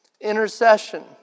Intercession